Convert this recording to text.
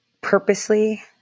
purposely